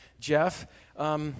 Jeff